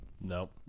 Nope